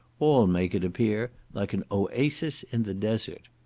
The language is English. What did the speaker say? all make it appear like an oasis in the desert.